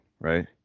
right